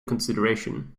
consideration